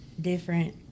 different